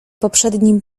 poprzednim